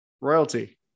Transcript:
Royalty